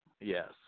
Yes